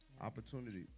Opportunity